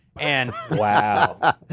Wow